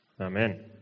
Amen